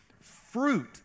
fruit